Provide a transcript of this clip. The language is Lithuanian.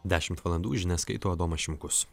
dešimt valandų žinias skaito adomas šimkus